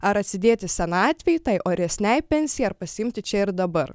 ar atsidėti senatvei tai oresnei pensijai ar pasiimti čia ir dabar